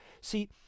see